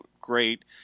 Great